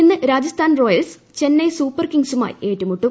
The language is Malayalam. ഇന്ന് രാജസ്ഥാൻ റോയൽസ് ചെന്നൈ സൂപ്പർ കിങ്സുമായി ഏറ്റുമുട്ടും